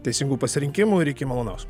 teisingų pasirinkimų ir iki malonaus